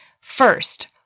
First